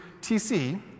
tc